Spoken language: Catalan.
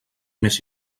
més